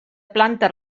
planta